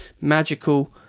Magical